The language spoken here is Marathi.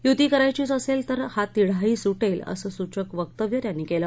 यूती करायचीच असेल तर हा तिढाही सुटेल असं सूचक वक्तव्य त्यांनी केलं